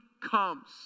comes